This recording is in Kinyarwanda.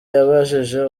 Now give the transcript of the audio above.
yabajije